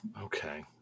Okay